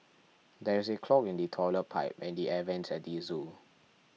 there is a clog in the Toilet Pipe and the Air Vents at the zoo